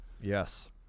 yes